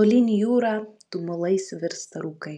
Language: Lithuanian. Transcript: tolyn į jūrą tumulais virsta rūkai